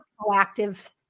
proactive